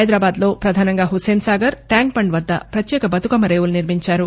హైదరాబాద్లో ప్రధానంగా హుస్సేన్సాగర్ ట్యాంక్బండ్ వద్ద పత్యేక బతుకమ్మ రేవులు నిర్మించారు